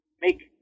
make